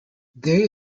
they